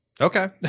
okay